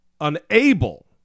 unable